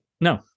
No